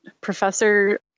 professor